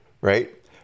right